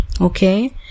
Okay